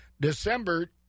December